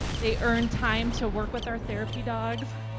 they earn time to work with our therapy dogs